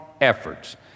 efforts